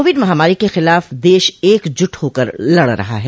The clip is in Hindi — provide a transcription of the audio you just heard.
कोविड महामारी के खिलाफ देश एकजुट होकर लड़ रहा है